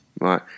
right